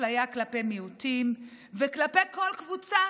אפליה כלפי מיעוטים וכלפי כל קבוצה